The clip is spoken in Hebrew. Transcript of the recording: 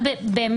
בדיוק.